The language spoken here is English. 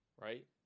right